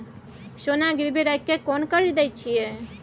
सोना गिरवी रखि के केना कर्जा दै छियै?